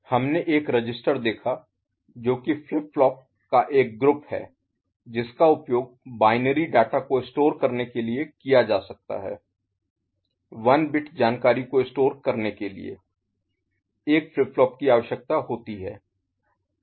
हमने एक रजिस्टर देखा जो कि फ्लिप फ्लॉप का एक ग्रुप Group समूह है जिसका उपयोग बाइनरी डाटा को स्टोर करने के लिए किया जा सकता है 1 बिट जानकारी को स्टोर करने के लिए एक फ्लिप फ्लॉप की आवश्यकता होती है